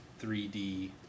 3D